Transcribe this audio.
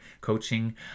coaching